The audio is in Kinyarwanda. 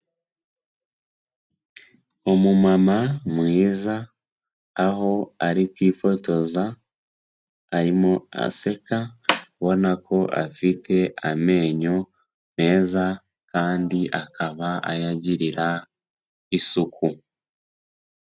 Umumama mwiza, aho ari kwifotoza arimo aseka, ubona ko afite amenyo meza, kandi akaba ayagirira isuku.